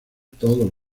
todos